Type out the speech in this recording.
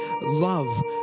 love